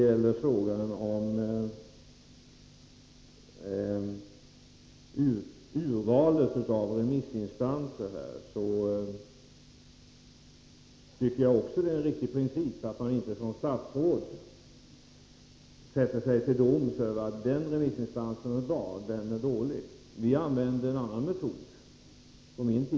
I fråga om urvalet av remissinstanser tycker jag att det är en riktig princip att man som statsråd inte sätter sig till doms över remissinstanserna och säger att en är bra och en annan är dålig. Vi använde en annan metod på min tid.